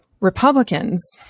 Republicans